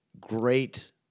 great